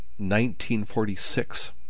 1946